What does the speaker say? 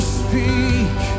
speak